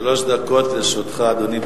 שלוש דקות לרשותך, אדוני.